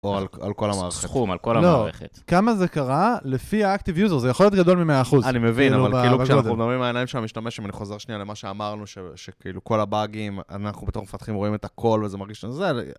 או על כל המערכת. סכום, על כל המערכת. כמה זה קרה, לפי האקטיב יוזר, זה יכול להיות גדול ממאה אחוז. אני מבין, אבל כאילו כשאנחנו מדברים העיניים של המשתמש, אם אני חוזר שנייה למה שאמרנו, שכאילו כל הבאגים, אנחנו בתור מפתחים רואים את הכל וזה מרגיש לזה.